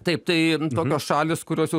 taip tai tokios šalys kurios